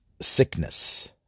sickness